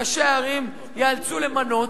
ראשי הערים ייאלצו למנות.